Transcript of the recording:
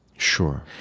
sure